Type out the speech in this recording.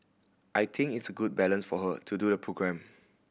I think it's a good balance for her to do the programme